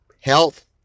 health